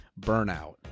burnout